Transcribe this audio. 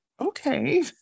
okay